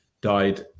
died